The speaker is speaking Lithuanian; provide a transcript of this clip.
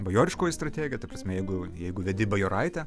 bajoriškoji strategija ta prasme jeigu jeigu vedi bajoraitę